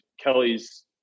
Kelly's